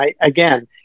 again